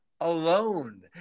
alone